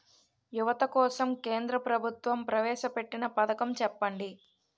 యువత కోసం కేంద్ర ప్రభుత్వం ప్రవేశ పెట్టిన పథకం చెప్పండి?